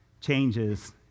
changes